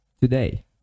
today